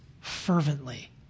fervently